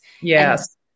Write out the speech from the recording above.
Yes